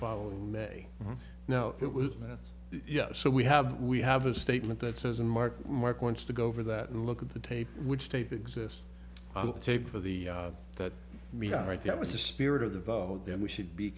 following may now it was that yeah so we have we have a statement that says and mark mark wants to go over that and look at the tape which tape exists i will take it for the that we are right that was the spirit of the vote then we should be